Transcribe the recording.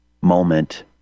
moment